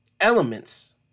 elements